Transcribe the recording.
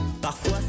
Parfois